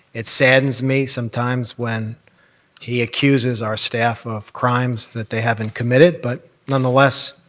it saddens me sometimes when he accuses our staff of crimes that they haven't committed, but nonetheless,